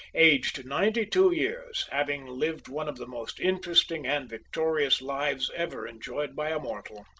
aged ninety-two years, having lived one of the most interesting and victorious lives ever enjoyed by a mortal.